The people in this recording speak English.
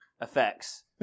effects